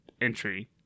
entry